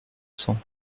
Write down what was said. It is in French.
cent